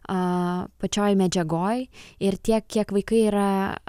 a pačioj medžiagoj ir tiek kiek vaikai yra